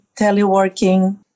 teleworking